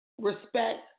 respect